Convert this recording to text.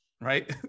right